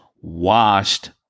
washed